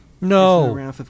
No